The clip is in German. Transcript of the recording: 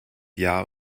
jahr